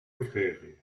éclairés